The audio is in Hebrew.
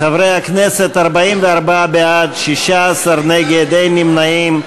חברי הכנסת, 44 בעד, 16 נגד, אין נמנעים.